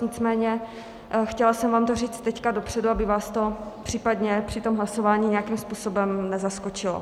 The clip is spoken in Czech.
Nicméně chtěla jsem vám to říct teď dopředu, aby vás to případně při tom hlasování nějakým způsobem nezaskočilo.